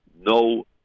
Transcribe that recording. No